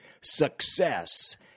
success